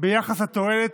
ביחס לתועלת,